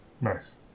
Nice